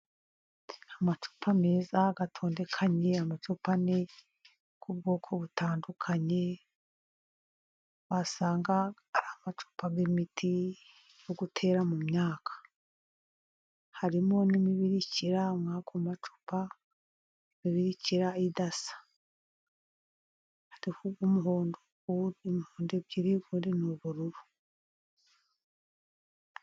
Amacupa meza atondekanye, amacupa ane, y'ubwoko butandukanye, wasanga ari amacupa y'imiti yo gutera mu myaka. Harimo n'imibirikira muri ayo macupa, imibirikira idasa ebyiri y'umuhondo indi ebyiri y'ubururu.